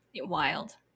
wild